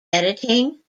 editing